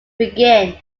begin